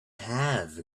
have